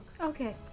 Okay